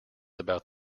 about